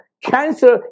cancer